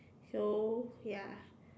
so ya